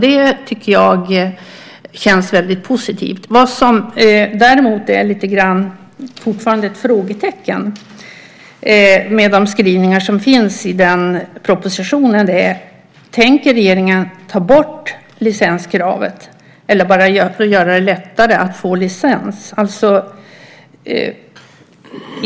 Det känns positivt. Det finns fortfarande frågetecken med skrivningarna i propositionen, nämligen om regeringen tänker ta bort licenskravet eller bara göra det lättare att få licens.